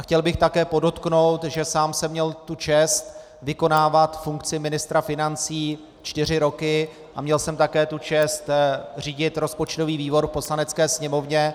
Chtěl bych také podotknout, že sám jsem měl tu čest vykonávat funkci ministra financí čtyři roky a měl jsem také tu čest řídit rozpočtový výbor v Poslanecké sněmovně.